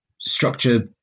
structure